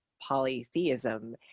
polytheism